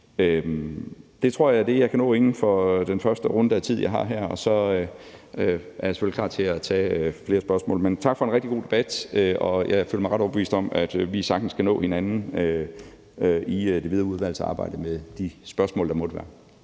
Det tror jeg er det, jeg kan nå inden for den tid, jeg har i første runde her, og så er jeg selvfølgelig klar til at tage flere spørgsmål. Men tak for en rigtig god debat. Jeg føler mig ret overbevist om, at vi sagtens kan nå hinanden i det videre udvalgsarbejde i de spørgsmål, der måtte være.